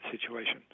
situation